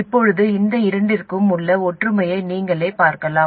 இப்போது இந்த இரண்டுக்கும் உள்ள ஒற்றுமையை நீங்கள் பார்க்கலாம்